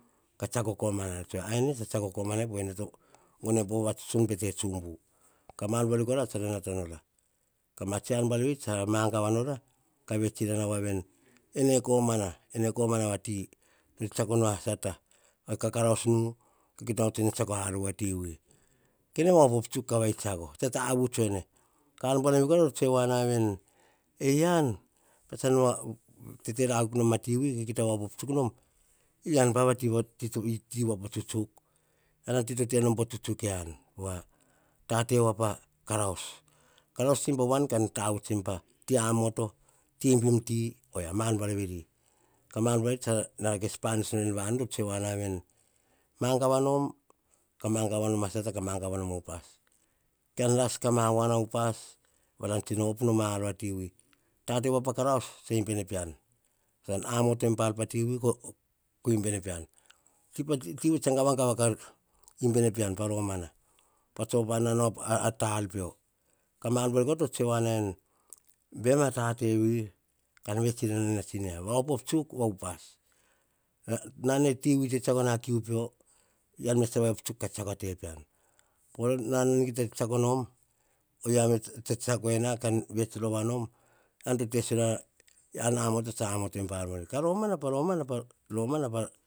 Ka tsiako komanai po ne to gono po vavatuts von pe tsumbu ka mar veri kora tsara nata nora, ka ma tsiar veri tsa ra mangava nora ka vets inana woa veni, ene komana, ene komana va ti to tse tsiako nu a sata, ka karaus nu kita tsiako ar vati wi. Kene op op tsuk kavai tsiako, tavuts ene, ka ar buanavi kora to true woana veni eyian pats tsa tetera akuk nom a tivi ka op op tsuk nom, eyian pa a ti po tsutsuk. Eyian a ti po tsutsuk, yian, po wa, ta te wa pa karaus, karaus tsa imba wan ka tavuts ti amoto ti imbim ti. Oria mar buar veri, mar buar veri tsa ra kes panis nora en vanu to tsue wana veni, mangava nom, ka mangava nom a sata, ka mangava nom a upas. Kan ras ka ma wan a upas ka op nom a ar vati wi. Ta te pa karaus tsa. imbe ne pean. Tsa amoto pa ar vati wi, ko imbere pean. Ti vi tsa gava gava ka imbe pean, pa romana pats op ar pio, ka mar buar veri kora to tsue voana veni, baim tate vi, ka vets inana tsi nia va opop tsuk va upas. Pa na ti vi tsiako na kiu pio, yian me sta op tsuk ka tsiako te pean. Pa nan kita tsiako nom, o yia me tsa tsiako na ka vets rova, yoan to te sision. na, ean amoto tsan amoto pa ar vi, ka pa romana pa romana, romana pa.